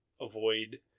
avoid